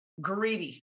greedy